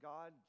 God